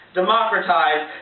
democratize